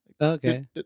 Okay